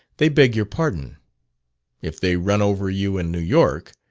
they beg your pardon if they run over you in new york,